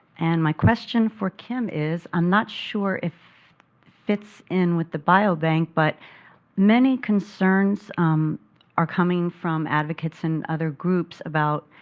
and my question for kim is, i'm not sure it fits in with the biobank, but many concerns are coming from advocates and other groups about